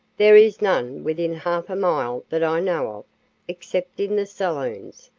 there is none within half a mile that i know of, except in the saloons,